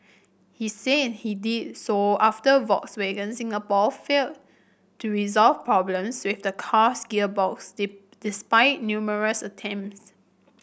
he said he did so after Volkswagen Singapore failed to resolve problems with the car's gearbox despite numerous attempts